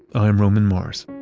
i'm roman mars